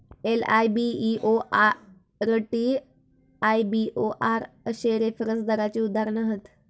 LIBOR, TIBOR अश्ये reference दराची उदाहरणा हत